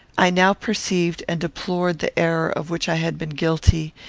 i now perceived and deplored the error of which i had been guilty,